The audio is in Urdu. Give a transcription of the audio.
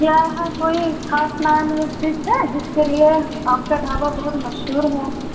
کیا یہاں کوئی خاص نان ویج ڈش ہے جس کے لیے آپ کا ڈھابہ بہت مشہور ہے